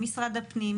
עם משרד הפנים,